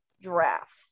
draft